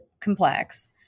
complex